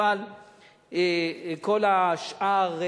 אבל כל השאר,